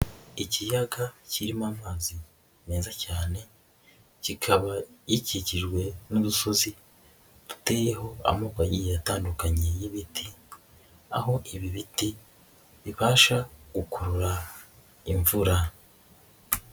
Ikiyaga kirimo amazi meza cyane, kikaba gikikijwe n'umudusozi duteyeho amoko agiye atandukanye y'ibiti, aho ibi biti bibasha gukurura imvura.